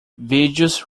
vídeos